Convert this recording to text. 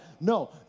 No